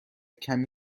کمی